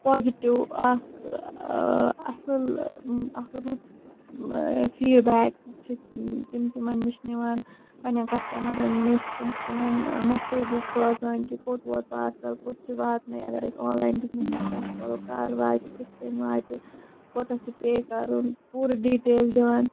positive اکھ اَصٕل اکھ رُت فیٖڈ بیک چھِ تِم تِمن نِش نِوان پَنٕنٮ۪ن کَسٹمَرن نِش تِم چھِ تِمن میسیجِز سوزان کہِ کوٚت ووٚت پارسل کوٚت چھُ واتنٕے اَگر أسۍ آن لاین بزنسٕچ کَتھ کرو کر واتہِ کِتھ کٔنۍ واتہِ کوتاہ چھُ پے کَرُن پوٗرٕ ڈِٹیٖل دِوان